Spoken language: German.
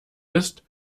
ist